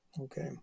Okay